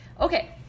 Okay